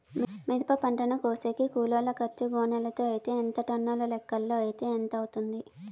మిరప పంటను కోసేకి కూలోల్ల ఖర్చు గోనెలతో అయితే ఎంత టన్నుల లెక్కలో అయితే ఎంత అవుతుంది?